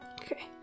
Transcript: Okay